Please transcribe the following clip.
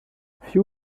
few